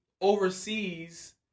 overseas